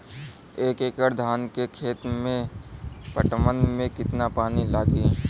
एक एकड़ धान के खेत के पटवन मे कितना पानी लागि?